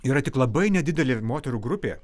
yra tik labai nedidelė ir moterų grupė